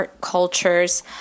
cultures